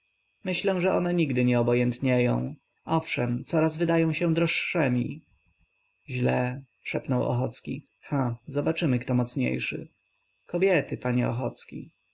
myślę że one nigdy nie obojętnieją owszem coraz wydają się droższemi źle szepnął ochocki ha zobaczymy kto mocniejszy kobiety panie ochocki